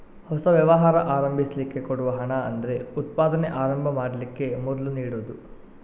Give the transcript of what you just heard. ಹೊಸ ವ್ಯವಹಾರ ಆರಂಭಿಸ್ಲಿಕ್ಕೆ ಕೊಡುವ ಹಣ ಅಂದ್ರೆ ಉತ್ಪಾದನೆ ಆರಂಭ ಮಾಡ್ಲಿಕ್ಕೆ ಮೊದ್ಲು ನೀಡುದು